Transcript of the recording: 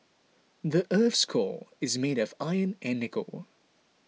the earth's core is made of iron and nickel